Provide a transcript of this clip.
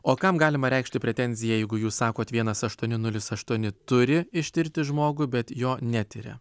o kam galima reikšti pretenziją jeigu jūs sakot vienas aštuoni nulis aštuoni turi ištirti žmogų bet jo netiria